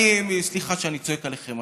סליחה שאני צועק עליכם,